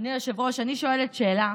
אדוני היושב-ראש, אני שואלת שאלה: